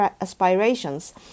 aspirations